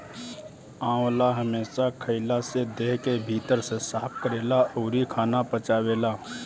आंवला हमेशा खइला से देह के भीतर से साफ़ करेला अउरी खाना पचावेला